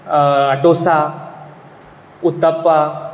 dosa uttappa